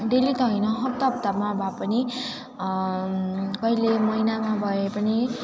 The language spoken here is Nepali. डेली त होइन हप्ता हप्तामा भए पनि कहिले महिनामा भए पनि